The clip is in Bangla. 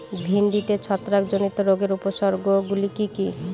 ভিন্ডিতে ছত্রাক জনিত রোগের উপসর্গ গুলি কি কী?